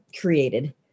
created